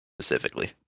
specifically